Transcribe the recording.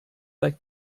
like